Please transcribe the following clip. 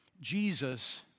Jesus